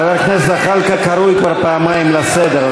חבר הכנסת זחאלקה קרוי כבר פעמיים לסדר,